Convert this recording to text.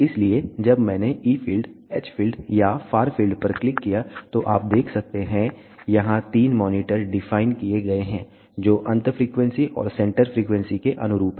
इसलिए जब मैंने E फील्ड H फील्ड या फार फील्ड पर क्लिक किया तो आप देख सकते हैं यहां तीन मॉनिटर डिफाइन किए गए हैं जो अंत फ्रीक्वेंसी और सेंटर फ्रीक्वेंसी के अनुरूप हैं